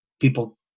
people